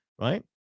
Right